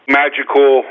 magical